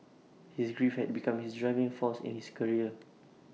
his grief had become his driving force in his career